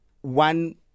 one